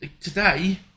Today